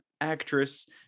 actress